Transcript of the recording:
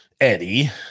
Eddie